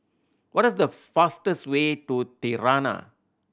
what is the fastest way to Tirana